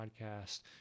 podcast